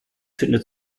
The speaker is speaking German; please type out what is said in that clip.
findet